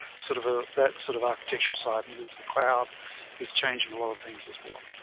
sort of ah that sort of architectural side and move the cloud is changing a lot of things as well